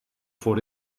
voor